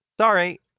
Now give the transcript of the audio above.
sorry